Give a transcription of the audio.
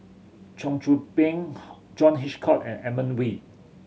Cheong Soo Pieng John Hitchcock and Edmund Wee